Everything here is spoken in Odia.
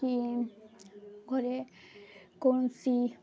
କି ଘରେ କୌଣସି